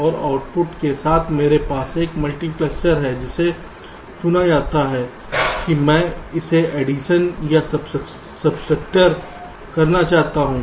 और आउटपुट के साथ मेरे पास एक मल्टीप्लेक्सर है जिसे चुना जाता है कि मैं इसके एडिशन या सबट्रैक्टर करना चाहता हूं